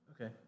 Okay